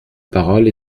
parole